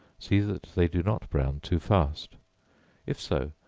see that they do not brown too fast if so,